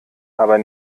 aber